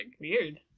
Weird